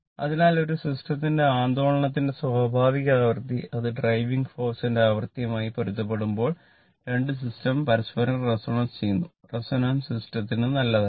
അതിനാൽ ഒരു സിസ്റ്റത്തിന്റെ ആന്ദോളനത്തിന്റെ സ്വാഭാവിക ആവൃത്തി അത് ഡ്രൈവിംഗ് ഫോഴ്സിന്റെ ആവൃത്തിയുമായി പൊരുത്തപ്പെടുമ്പോൾ 2 സിസ്റ്റം പരസ്പരം റെസൊണൻസ് സിസ്റ്റത്തിന് നല്ലതല്ല